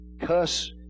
cuss